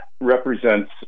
represents